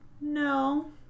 No